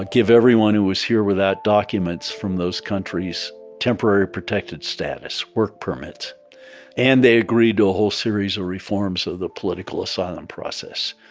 give everyone who was here without documents from those countries temporary protected status work permits and they agreed to a whole series of reforms of the political asylum process,